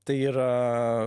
tai yra